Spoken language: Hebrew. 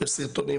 יש סרטונים,